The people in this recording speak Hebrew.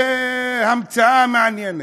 זו המצאה מעניינת.